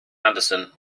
anderson